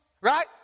right